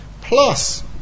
Plus